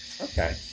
okay